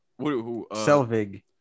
Selvig